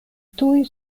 tuj